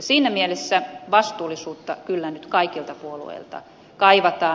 siinä mielessä vastuullisuutta kyllä nyt kaikilta puolueilta kaivataan